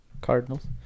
Cardinals